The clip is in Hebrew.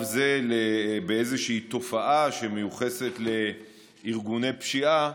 זה באיזושהי תופעה שמיוחסת לארגוני פשיעה